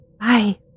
Bye